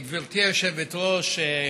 גברתי היושבת-ראש,